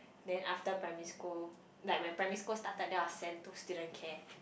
then after primary school like when primary school started then I was sent to student care